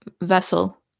vessel